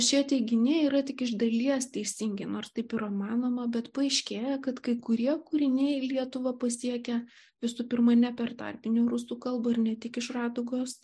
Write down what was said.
šie teiginiai yra tik iš dalies teisingi nors taip yra manoma bet paaiškėja kad kai kurie kūriniai lietuvą pasiekia visų pirma ne per tarpinę rusų kalbą ir ne tik iš radugos